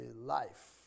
life